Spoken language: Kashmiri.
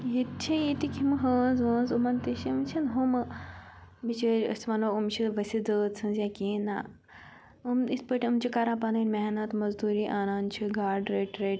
ییٚتہِ چھِ ییٚتِکۍ یِم ہٲنٛز وٲنٛز یِمَن تہِ چھِ یِم چھِ نہٕ ہُم بِچٲرۍ أسۍ وَنو یِم چھِ ؤسِتھ زٲژ ہنٛز یا کیٚنٛہہ نَہ یِم یِتھ پٲٹھۍ یِم چھِ کَران پَنٕنۍ محنت مٔزدوٗری اَنان چھِ گاڈٕ رٔٹۍ رٔٹۍ